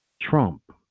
Trump